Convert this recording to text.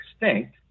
extinct